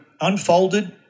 unfolded